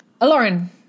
Lauren